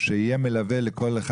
שיהיה מלווה לכל אחד,